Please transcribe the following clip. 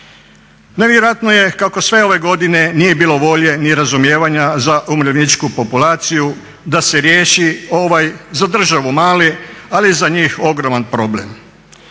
Nevjerojatno je kako sve ove godine nije bilo volje ni razumijevanja za umirovljeničku populaciju da se riješi ovaj za državu mali ali za njih ogroman problem.